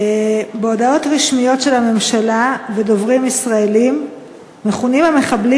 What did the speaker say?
בהודעות רשמיות של הממשלה ושל דוברים ישראלים מכונים המחבלים